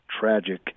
tragic